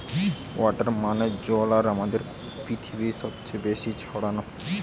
water মানে জল আর আমাদের পৃথিবীতে সবচে বেশি ছড়ানো